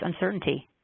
uncertainty